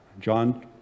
John